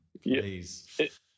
please